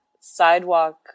sidewalk